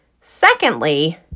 Secondly